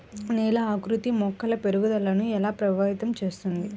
నేల ఆకృతి మొక్కల పెరుగుదలను ఎలా ప్రభావితం చేస్తుంది?